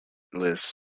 lists